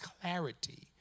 clarity